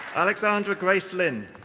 alexandra grace linn.